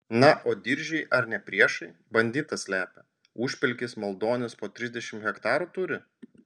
na o diržiai ar ne priešai banditą slepia užpelkis maldonis po trisdešimt hektarų turi